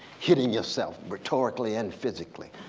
hitting yourself rhetorically and physically.